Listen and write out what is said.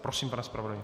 Prosím, pane zpravodaji.